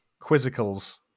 quizzicals